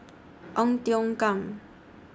Ong Tiong Khiam